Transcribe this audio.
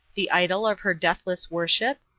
the idol of her deathless worship?